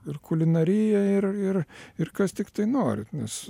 ir kulinarija ir ir ir kas tiktai norit nes